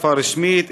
שפה רשמית,